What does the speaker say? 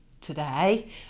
today